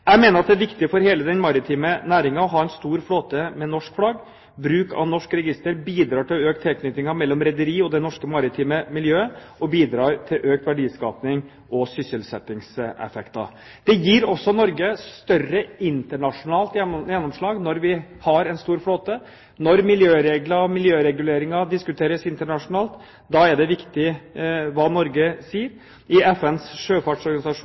Jeg mener det er viktig for hele den maritime næringen å ha en stor flåte med norsk flagg. Bruk av norsk register bidrar til å øke tilknytningen mellom rederi og det norske maritime miljøet og bidrar til økt verdiskaping og sysselsettingseffekter. Det gir også Norge større internasjonalt gjennomslag når vi har en stor flåte og når miljøregler og miljøreguleringer diskuteres internasjonalt – da er det viktig hva Norge sier. I FNs sjøfartsorganisasjon